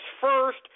first